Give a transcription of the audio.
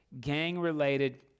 gang-related